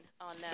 on